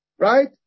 Right